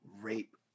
rape